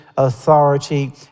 authority